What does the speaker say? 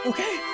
Okay